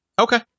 okay